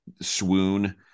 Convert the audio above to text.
swoon